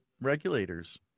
regulators